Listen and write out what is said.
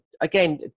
again